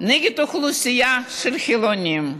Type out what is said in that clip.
נגד אוכלוסייה של חילונים,